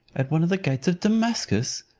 at one of the gates of damascus!